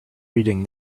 reading